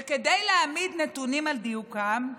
וכדי להעמיד נתונים על דיוקם,